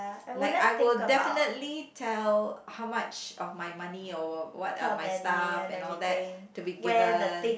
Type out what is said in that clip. like I will definitely tell how much of my money or w~ what are my stuff and all that to be given